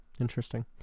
Interesting